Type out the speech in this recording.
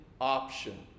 option